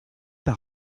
par